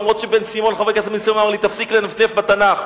אף-על-פי שחבר הכנסת בן-סימון אמר לי: תפסיק לנפנף בתנ"ך.